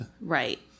right